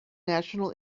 national